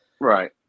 Right